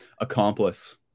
Accomplice